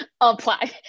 apply